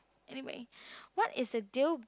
anyway what is a deal